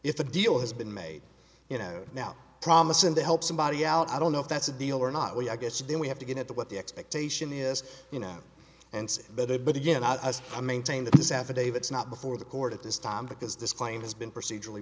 if a deal has been made you know now promising to help somebody out i don't know if that's a deal or not we i guess then we have to get at the what the expectation is you know and that i but again i say i maintain that this affidavit is not before the court at this time because this claim has been procedur